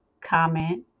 comment